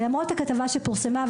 למרות הכתבה שפורסמה,